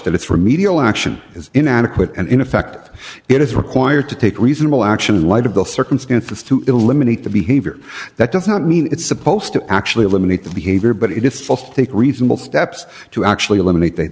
that its remedial action is inadequate and in effect it is required to take reasonable action in light of the circumstances to eliminate the behavior that does not mean it's supposed to actually eliminate the behavior but it is false to take reasonable steps to actually eliminate th